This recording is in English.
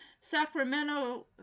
Sacramento